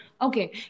Okay